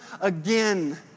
again